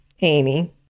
Amy